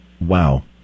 Wow